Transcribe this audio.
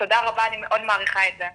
תודה רבה, אני מאוד מעריכה את זה.